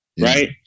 right